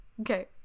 Okay